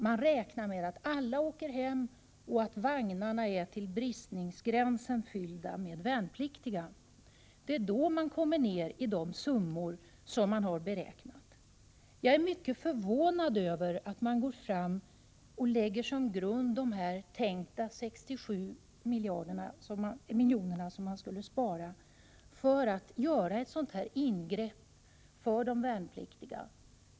Man räknar med att alla åker hem och att vagnarna är till bristningsgränsen fyllda med värnpliktiga. Det är då man kommer ner i de belopp som man har beräknat. Jag är mycket förvånad över att man går fram på det sättet att man som grund för att göra ett sådant här ingrepp mot de värnpliktiga lägger de tänkta 67 miljoner som man skulle spara.